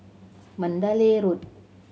Mandalay Road